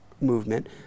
movement